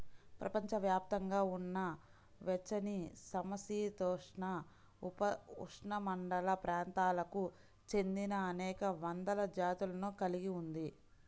ప్రపంచవ్యాప్తంగా ఉన్న వెచ్చనిసమశీతోష్ణ, ఉపఉష్ణమండల ప్రాంతాలకు చెందినఅనేక వందల జాతులను కలిగి ఉంది